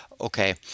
Okay